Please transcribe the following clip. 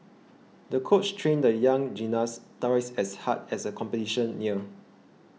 the coach trained the young gymnast twice as hard as the competition neared